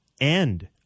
end